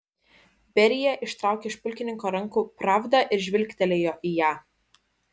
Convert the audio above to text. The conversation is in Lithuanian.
berija ištraukė iš pulkininko rankų pravdą ir žvilgtelėjo į ją